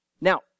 Now